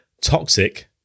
toxic